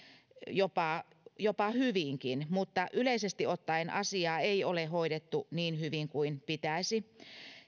jopa jopa hyvinkin mutta yleisesti ottaen asiaa ei ole hoidettu niin hyvin kuin pitäisi